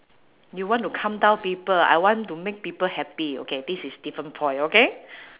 you want to calm down people I want to make people happy okay this is different point okay